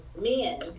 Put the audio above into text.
men